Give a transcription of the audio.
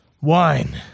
wine